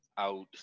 Out